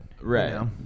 Right